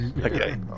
Okay